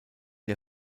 der